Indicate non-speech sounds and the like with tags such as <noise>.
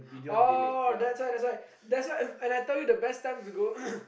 oh that's why that's why that's why and I told you the best times to go <coughs>